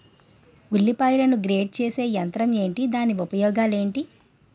ఉల్లిపాయలను గ్రేడ్ చేసే యంత్రం ఏంటి? దాని ఉపయోగాలు ఏంటి?